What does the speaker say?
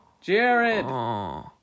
Jared